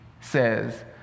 says